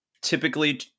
typically